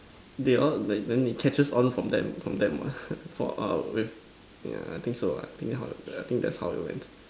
they all like then they catch us all from them from them what for our with yeah I think so ah I think so ah I think that's how it went